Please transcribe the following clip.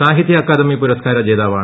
സാഹിത്യ അക്കാദമി പുരസ്കാര ജേതാവാണ്